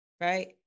right